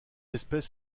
espèce